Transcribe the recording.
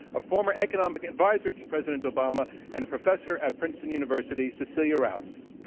a former economic advisor to president obama and a professor at princeton university, cecilia rouse.